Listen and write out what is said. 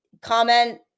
comment